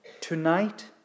Tonight